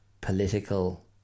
political